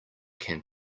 can